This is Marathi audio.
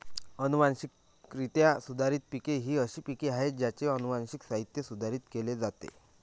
अनुवांशिकरित्या सुधारित पिके ही अशी पिके आहेत ज्यांचे अनुवांशिक साहित्य सुधारित केले जाते